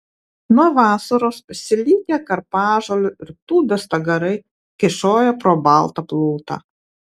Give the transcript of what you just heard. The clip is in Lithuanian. nuo vasaros užsilikę karpažolių ir tūbių stagarai kyšojo pro baltą plutą